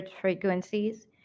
frequencies